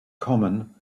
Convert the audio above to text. common